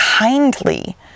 kindly